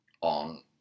on